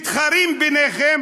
מתחרים ביניכם